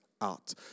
out